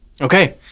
Okay